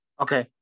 Okay